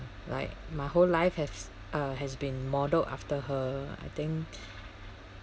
like my whole life has uh has been modelled after her I think